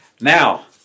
Now